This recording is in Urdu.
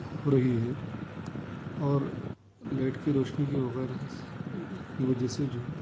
ہو رہی ہے اور لائٹ کی روشنی کی وغیرہ سے کی وجہ سے جو ہے